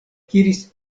akiris